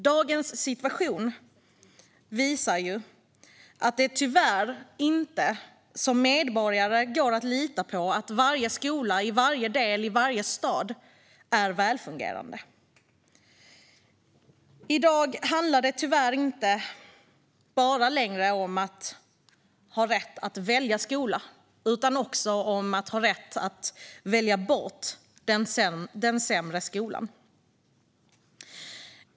Dagens situation visar att man som medborgare tyvärr inte kan lita på att varje skola i varje del av landet och i varje stad är välfungerande. I dag handlar det inte bara längre om att välja skola utan också att ha rätt att välja bort den sämre skolan.